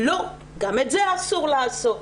לא, גם את זה אסור לעשות.